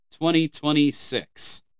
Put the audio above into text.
2026